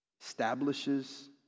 establishes